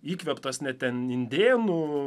įkvėptas ne ten indėnų